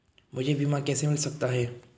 मुझे बीमा कैसे मिल सकता है?